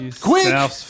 Quick